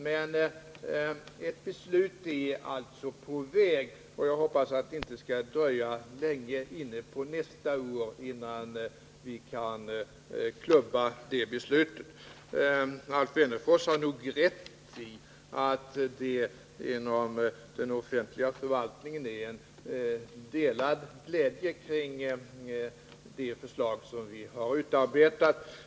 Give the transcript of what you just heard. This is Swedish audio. Men ett beslut är som sagt på väg, och jag hoppas att det inte skall dröja lång tid in på nästa år innan vi kan klubba det beslutet. Alf Wennerfors har nog rätt i att det inom den offentliga förvaltningen råder en delad glädje kring det förslag som vi har utarbetat.